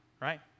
right